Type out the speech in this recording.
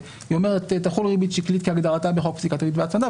ואומרת "תחול ריבית שקלית כהגדרתה בחוק פסיקת ריבית והצמדה",